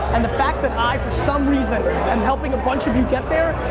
and the fact that i for some reason am helping a bunch of you get there,